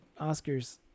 Oscars